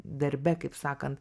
darbe kaip sakant